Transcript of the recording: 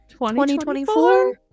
2024